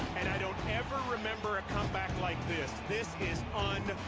and i don't ever remember a comeback like this. this is